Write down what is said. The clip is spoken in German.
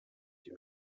die